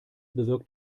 bewirkt